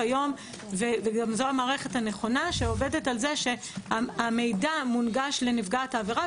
וגם זאת המערכת הנכונה שעובדת על זה שהמידע מונגש לנפגעת העבירה,